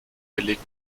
belegt